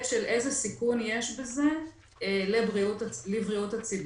של איזה סיכון יש בזה לבריאות הציבור.